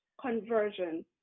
conversion